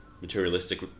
materialistic